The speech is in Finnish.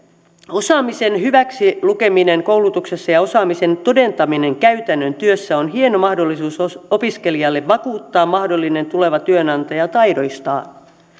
osaamisen hyväksilukeminen koulutuksessa ja osaamisen todentaminen käytännön työssä on hieno mahdollisuus opiskelijalle vakuuttaa mahdollinen tuleva työnantaja taidoistaan